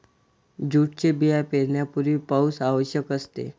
जूटचे बिया पेरण्यापूर्वी पाऊस आवश्यक असते